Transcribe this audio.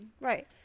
right